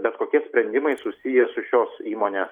bet kokie sprendimai susiję su šios įmonės